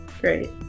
Great